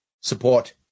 support